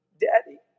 Daddy